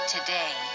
today